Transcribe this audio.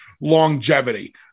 Longevity